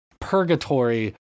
purgatory